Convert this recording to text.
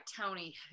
Tony